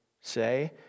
say